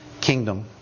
kingdom